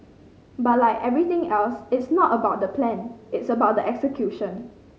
but like everything else it's not about the plan it's about the execution